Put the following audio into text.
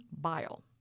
bile